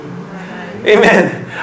Amen